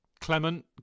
Clement